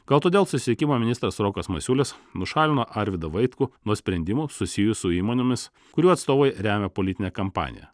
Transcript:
gal todėl susisiekimo ministras rokas masiulis nušalino arvydą vaitkų nuo sprendimų susijus su įmonėmis kurių atstovai remia politinę kampaniją